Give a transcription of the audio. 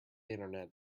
internet